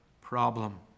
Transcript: problem